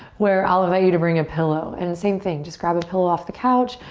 where i'll invite you to bring a pillow. and same thing, just grab a pillow off the couch.